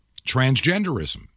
transgenderism